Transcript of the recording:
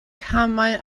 camau